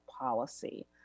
policy